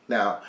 Now